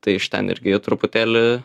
tai iš ten irgi truputėlį